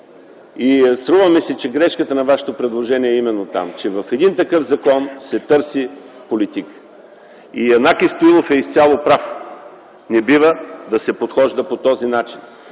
Струва ми се, че грешката на Вашето предложение е именно там – че в един такъв закон се търси политика. Янаки Стоилов е изцяло прав – не бива да се подхожда по този начин.